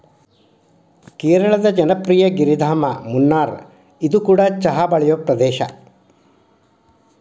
ಕೇರಳದ ಜನಪ್ರಿಯ ಗಿರಿಧಾಮ ಮುನ್ನಾರ್ಇದು ಕೂಡ ಚಹಾ ಬೆಳೆಯುವ ಪ್ರದೇಶ